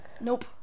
Nope